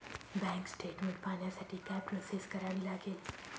Bank statement पाहण्यासाठी काय process करावी लागेल?